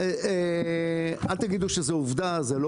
זו לא